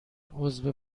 عضو